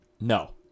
No